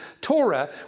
Torah